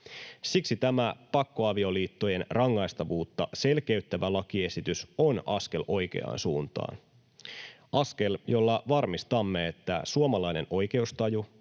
Siksi tämä pakkoavioliittojen rangaistavuutta selkeyttävä lakiesitys on askel oikeaan suuntaan, askel, jolla varmistamme, että suomalainen oikeustaju